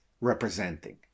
representing